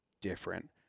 different